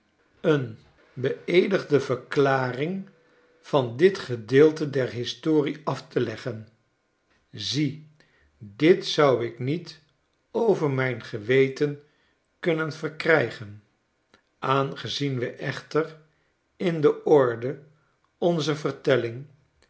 een beeedigde verklaring van dit gedeelte der historie af te leggen zie dit zou ik niet over mijn geweten kunnen verkrijgen aangezien we echter in de orde onzer vertelling